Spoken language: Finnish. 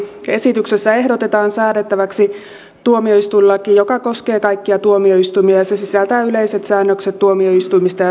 esityksessä ehdotetaan säädettäväksi tuomioistuinlaki joka koskee kaikkia tuomioistuimia ja se sisältää yleiset säännökset tuomioistuimista ja tuomareista